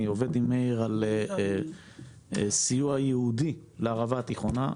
אני עובד עם מאיר על סיוע ייעודי לערבה התיכונה.